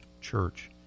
church